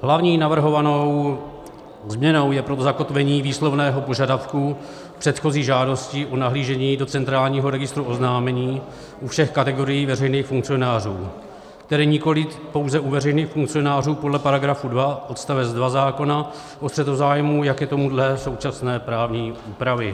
Hlavní navrhovanou změnou je zakotvení výslovného požadavku předchozí žádosti o nahlížení do centrálního registru oznámení u všech kategorií veřejných funkcionářů, tedy nikoliv pouze u veřejných funkcionářů podle § 2 odst. 2 zákona o střetu zájmů, jak je tomu dle současné právní úpravy.